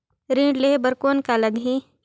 ऋण लेहे बर कौन का लगही?